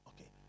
Okay